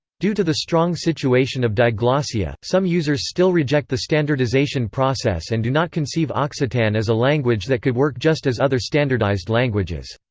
due to the strong situation of diglossia, some users still reject the standardisation process and do not conceive occitan as a language that could work just as other standardised languages.